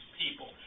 people